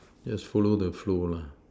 just follow the flow lah